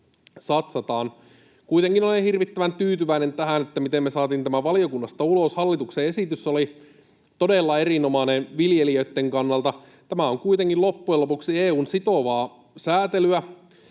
satsataan. Kuitenkin olen hirvittävän tyytyväinen tähän, miten me saatiin tämä valiokunnasta ulos. Hallituksen esitys oli todella erinomainen viljelijöitten kannalta. Tämä on kuitenkin loppujen lopuksi EU:n sitovaa säätelyä.